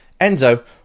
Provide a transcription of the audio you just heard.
Enzo